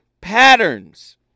patterns